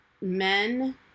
men